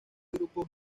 grupo